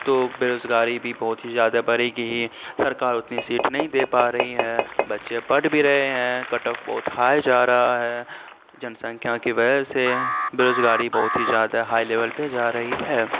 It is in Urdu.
تو بےروزگاری بھی بہت ہی زیادہ بڑھے گی ہی سرکار اتنی سیٹ نہیں دے پا رہی ہے بچے پڑھ بھی رہے ہیں کٹ آف بہت ہائی جا رہا ہے جن سنکھیا کی وجہ سے بےروزگاری بہت ہی زیادہ ہائی لیول پہ جا رہی ہے